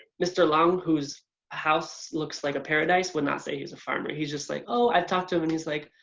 mr. long whose house looks like a paradise would not say he's a farmer. he's just like, oh. i've talked to him and he's like,